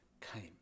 came